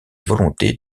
volonté